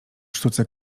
sztuce